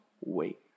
wait